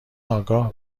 آگاه